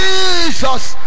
Jesus